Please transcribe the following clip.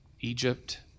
Egypt